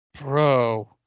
Bro